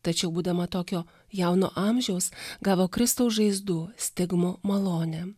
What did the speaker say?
tačiau būdama tokio jauno amžiaus gavo kristaus žaizdų stigmų malonę